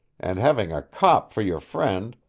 and having a cop for your friend,